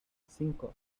cinco